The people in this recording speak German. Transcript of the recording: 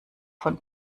von